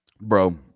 Bro